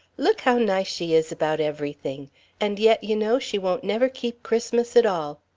look how nice she is about everything and yet you know she won't never keep christmas at all.